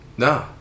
No